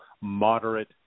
moderate